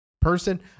person